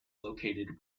located